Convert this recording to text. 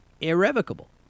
irrevocable